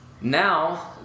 Now